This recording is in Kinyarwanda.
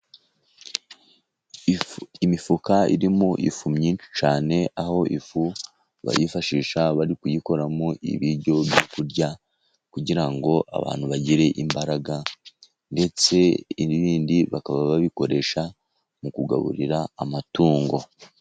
Imifuka irimo ifu nyinshi cyane, aho ifu bayifashisha bari kuyikoramo ibiryo byo kurya kugira ngo abantu bagire imbaraga, ndetse n'ibindi. Bakaba babikoresha mu kugaburira amatungo.